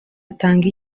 atange